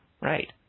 Right